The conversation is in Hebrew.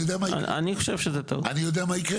אני יודע מה יקרה,